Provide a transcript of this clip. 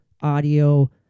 audio